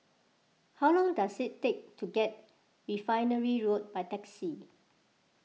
how long does it take to get Refinery Road by taxi